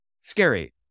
scary